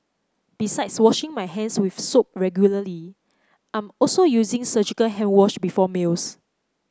besides washing my hands with soap regularly I'm also using surgical hand wash before meals